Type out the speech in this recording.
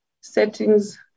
Settings